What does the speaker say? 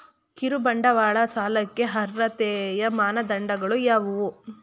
ಕಿರುಬಂಡವಾಳ ಸಾಲಕ್ಕೆ ಅರ್ಹತೆಯ ಮಾನದಂಡಗಳು ಯಾವುವು?